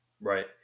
Right